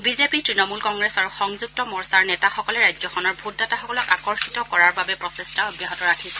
BJP Trinamool Congress আৰু সংযুক্ত মৰ্চাৰ নেতাসকলে ৰাজ্যখনৰ ভোটদাতাসকলক আকৰ্ষিত কৰাৰ বাবে প্ৰচেষ্টা অব্যাহত ৰাখিছে